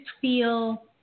feel